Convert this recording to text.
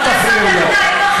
אל תפריעו לו.